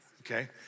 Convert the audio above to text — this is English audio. okay